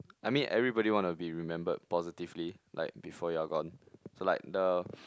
I mean everybody want to be remembered positively like before you're gone so like the